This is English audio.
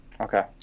Okay